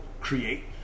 create